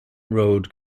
road